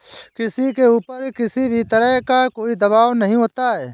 किसी के ऊपर किसी भी तरह का कोई दवाब नहीं होता है